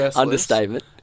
understatement